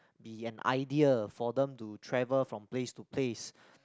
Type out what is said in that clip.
be an idea for them to travel from place to place